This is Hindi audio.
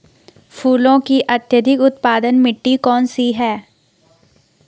फूलों की अत्यधिक उत्पादन मिट्टी कौन सी है?